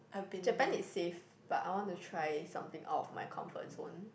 Japan is safe but I want to try something out of my comfort zone